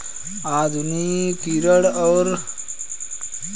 आधुनिकीकरण और साजोसामान की खरीद के लिए इस बार रक्षा बजट में बड़ी बढ़ोतरी होगी